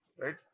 right